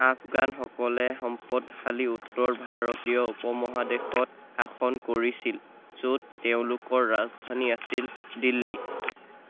আফগানসকলে সম্পদশালী উত্তৰ ভাৰতীয় উপমহাদেশত শাসন কৰিছিল য'ত তেওঁলোকৰ ৰাজধানী আছিল দিল্লী